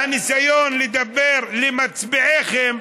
והניסיון לדבר למצביעיכם,